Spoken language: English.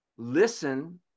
listen